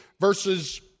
versus